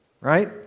right